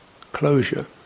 closure